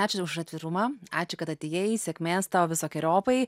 ačiū už atvirumą ačiū kad atėjai sėkmės tau visokeriopai